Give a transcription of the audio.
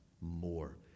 more